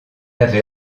avait